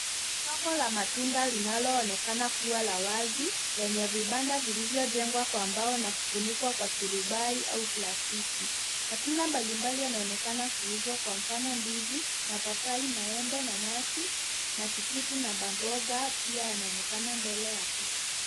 Soko la matunda linaloonekana kuwa la wazi, lenye vibanda vilivyojengwa kwa mbao na kufunikwa kwa turubai au plastiki. Matunda mbalimbali yanaonekana kuuzwa kwa mfano ndizi, mapapai, maembe, nanasi, matikiti na maboga pia yanaonekana mbele ya picha.